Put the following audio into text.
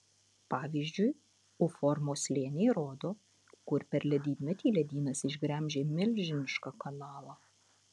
pavyzdžiui u formos slėniai rodo kur per ledynmetį ledynas išgremžė milžinišką kanalą